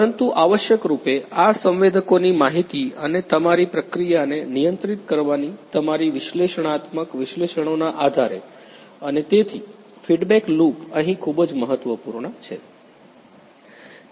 પરંતુ આવશ્યકરૂપે આ સંવેદકોની માહિતી અને તમારી પ્રક્રિયાને નિયંત્રિત કરવાની તમારી વિશ્લેષણાત્મક વિશ્લેષણોના આધારે અને તેથી ફિડબેક લૂપ અહીં ખૂબ જ મહત્વપૂર્ણ છે